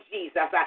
Jesus